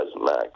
max